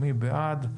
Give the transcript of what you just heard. מי בעד?